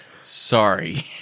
Sorry